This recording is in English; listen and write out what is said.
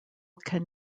can